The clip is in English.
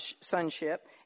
sonship